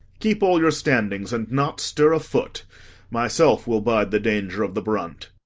keep all your standings, and not stir a foot myself will bide the danger of the brunt.